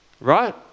right